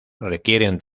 requieren